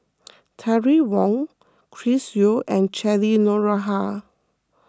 Terry Wong Chris Yeo and Cheryl Noronha